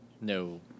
No